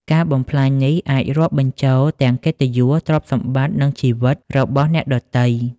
ការបំផ្លាញនេះអាចរាប់បញ្ចូលទាំង កិត្តិយស ទ្រព្យសម្បត្តិ និងជីវិត របស់អ្នកដទៃ។